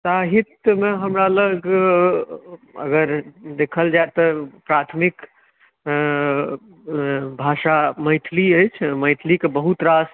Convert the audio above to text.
साहित्यमे हमरा लग अगर अगर देखल जाय तऽ प्राथमिक भाषा मैथिली अछि मैथिलीके बहुत रास